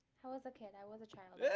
i was a kid. i was a child